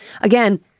Again